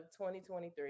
2023